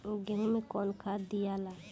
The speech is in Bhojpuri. गेहूं मे कौन खाद दियाला?